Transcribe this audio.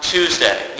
Tuesday